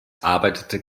arbeitete